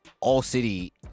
all-city